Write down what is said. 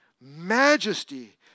majesty